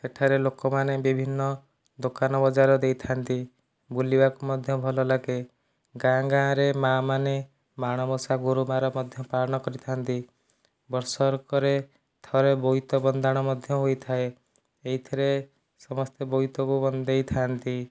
ଏଠାରେ ଲୋକମାନେ ବିଭିନ୍ନ ଦୋକାନ ବଜାର ଦେଇଥାନ୍ତି ବୁଲିବାକୁ ମଧ୍ୟ ଭଲ ଲାଗେ ଗାଁ ଗାଁ ରେ ମା ମାନେ ମାଣବସା ଗୁରୁବାର ମଧ୍ୟ ପାଳନ କରିଥାନ୍ତି ବର୍ଷକରେ ଥରେ ବୋଇତ ବନ୍ଦାଣ ମଧ୍ୟ ହୋଇଥାଏ ଏଇଥିରେ ସମସ୍ତେ ବୋଇତକୁ ବନ୍ଦେଇଥାନ୍ତି